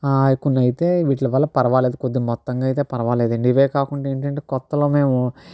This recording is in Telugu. కొన్ని అయితే వీట్ల వల్ల పర్వాలేదు కొద్ది మొత్తంగా అయితే పర్వాలేదండి ఇవే కాకుండా ఏంటంటే కొత్తలో మేము